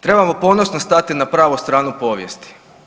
Trebamo ponosno stati na pravu stranu povijesti.